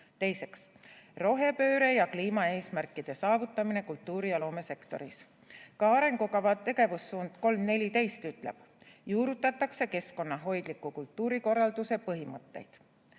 rohepööre ja kliimaeesmärkide saavutamine kultuuri- ja loomesektoris. Ka arengukava tegevussuund 3.14 ütleb, et juurutatakse keskkonnateadliku kultuurikorralduse põhimõtteid.